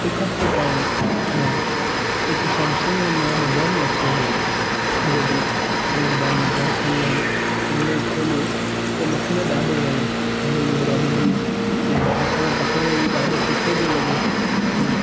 हिकु हफ़्तो पहिरियों मां हिकु सैमसंग जो नओ मोबाइल वरितो हुयो जॾहिं हो मोबाइल मां घर खणी आयुमि ऐं हुनए खोलियो त मूंखे त ॾाढो वणियो जीअं हुनजो रंग रूप ऐं हथ में पकड़ में बि ॾाढो सुठो पियो लॻे ऐं